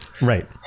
Right